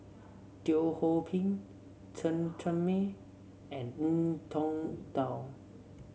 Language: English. Teo Ho Pin Chen Cheng Mei and Ngiam Tong Dow